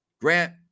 Grant